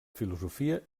filosofia